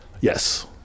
Yes